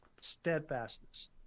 steadfastness